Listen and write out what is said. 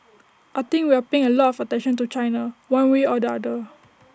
I think we are paying A lot of attention to China one way or the other